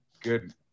good –